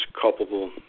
culpable